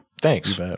thanks